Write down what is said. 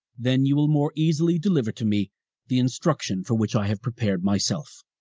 then you will more easily deliver to me the instruction for which i have prepared myself.